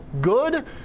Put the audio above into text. good